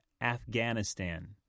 Afghanistan